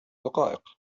دقائق